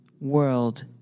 world